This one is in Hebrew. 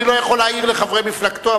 אני לא יכול להעיר לחברי מפלגתו,